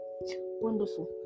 Wonderful